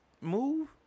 move